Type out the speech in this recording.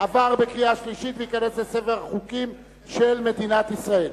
הוראת שעה) עבר בקריאה שלישית וייכנס לספר החוקים של מדינת ישראל.